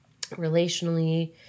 relationally